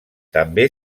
també